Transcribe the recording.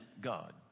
God